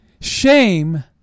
Shame